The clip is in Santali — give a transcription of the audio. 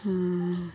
ᱦᱮᱸ